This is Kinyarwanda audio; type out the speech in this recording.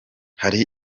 hari